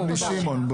כן.